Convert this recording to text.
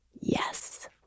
Yes